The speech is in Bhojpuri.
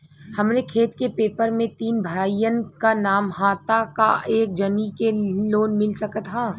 हमरे खेत के पेपर मे तीन भाइयन क नाम ह त का एक जानी के ही लोन मिल सकत ह?